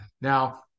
Now